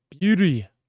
beauty